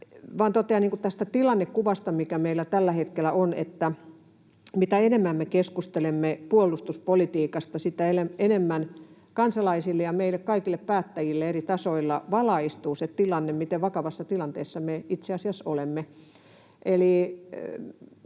tästä tilannekuvasta, mikä meillä tällä hetkellä on, että mitä enemmän me keskustelemme puolustuspolitiikasta, sitä enemmän kansalaisille ja meille kaikille päättäjille eri tasoilla valaistuu se tilanne, miten vakavassa tilanteessa me itse asiassa olemme.